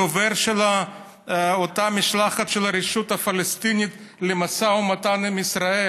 דובר של אותה משלחת של הרשות הפלסטינית למשא ומתן עם ישראל.